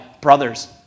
brothers